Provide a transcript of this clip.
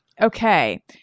Okay